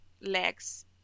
legs